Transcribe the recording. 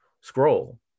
scroll